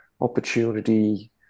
opportunity